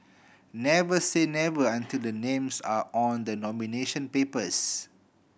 never say never until the names are on the nomination papers